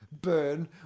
Burn